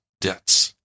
debts